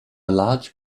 large